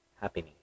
happening